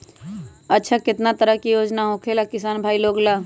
अच्छा कितना तरह के योजना होखेला किसान भाई लोग ला?